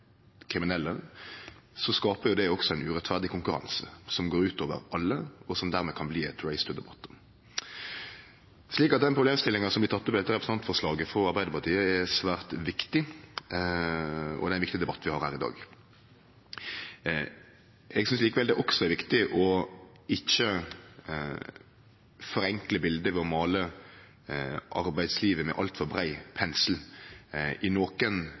kriminelle – skaper det ein urettferdig konkurranse som går ut over alle, og som dermed kan bli «a race to the bottom». Den problemstillinga som blir teken opp i dette representantforslaget frå Arbeidarpartiet, er svært viktig, og det er ein viktig debatt vi har her i dag. Eg synest likevel det er viktig ikkje å forenkle bildet ved å måle arbeidslivet med altfor brei pensel i nokon